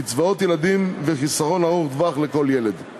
(קצבאות ילדים וחיסכון ארוך טווח לכל ילד);